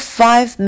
five